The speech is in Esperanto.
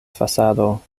fasado